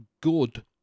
good